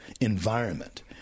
environment